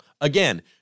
again